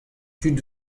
tud